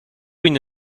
une